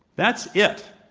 that's it.